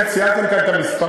אתם ציינתם כאן את המספרים,